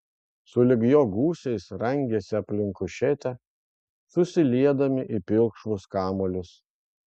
sulig jo gūsiais rangėsi aplink kušetę susiliedami į pilkšvus kamuolius